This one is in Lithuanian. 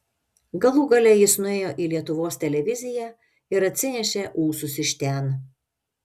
galų gale jis nuėjo į lietuvos televiziją ir atsinešė ūsus iš ten